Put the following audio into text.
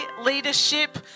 leadership